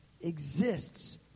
exists